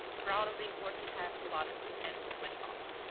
proud of the important task allotted to him, went off.